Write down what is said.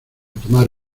tomar